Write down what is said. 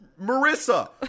Marissa